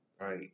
right